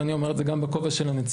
ואני אומר את זה גם בכובע של הנציבות,